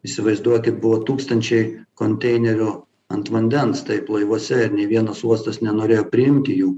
įsivaizduokit buvo tūkstančiai konteinerių ant vandens taip laivuose ir nei vienas uostas nenorėjo priimti jų